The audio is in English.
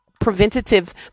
preventative